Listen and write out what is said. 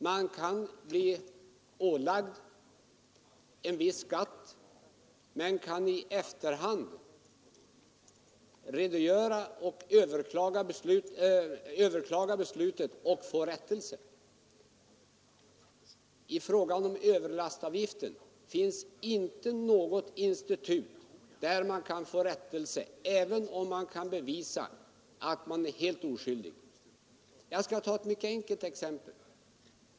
Man kan bli ålagd en viss skatt men har möjlighet att i efterhand överklaga beslutet och få rättelse. I fråga om överlastavgiften finns inte något institut, där man kan få rättelse, även om man kan bevisa att man är helt oskyldig. Jag skall ta ett mycket enkelt exempel.